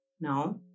No